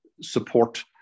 support